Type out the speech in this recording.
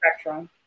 Spectrum